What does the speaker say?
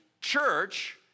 church